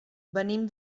venim